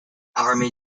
army